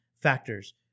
factors